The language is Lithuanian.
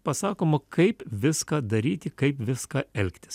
pasakoma kaip viską daryti kaip viską elgtis